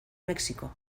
méxico